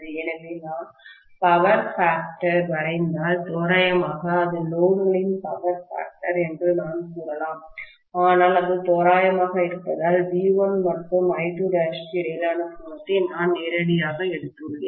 எனவே நான் பவர் ஃபேக்டர்சக்தி காரணியை வரைந்தால் தோராயமாக இது லோடுகளின் பவர் ஃபேக்டர்சக்தி காரணி என்று நான் கூறலாம் ஆனால் அது தோராயமாக இருப்பதால் V1 மற்றும் I2' க்கு இடையிலான கோணத்தை நான் நேரடியாக எடுத்துள்ளேன்